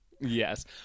Yes